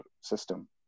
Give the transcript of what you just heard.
system